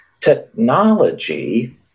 technology